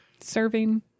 serving